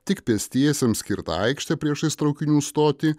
tik pėstiesiems skirtą aikštę priešais traukinių stotį